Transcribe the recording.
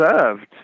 served